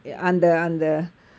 exactly